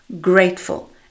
grateful